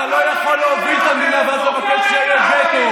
אתה לא יכול להוביל את המדינה ואז לבקש שיהיה גטו.